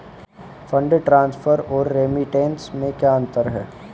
Fund transfer और remittance में क्या अंतर है?